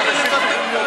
אין דבר כזה.